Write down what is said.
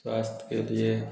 स्वास्थ्य के लिए